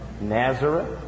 Nazareth